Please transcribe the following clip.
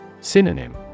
Synonym